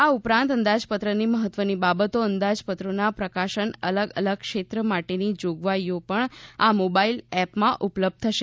આ ઉપરાંત અંદાજપત્રની મહત્વની બાબતો અંદાજપત્રોના પ્રકાશન અલગ અલગ ક્ષેત્રમાટેની જોગવાઈઓ પણ આ મોબાઇલ એપમાં ઉપલબ્ધ થશે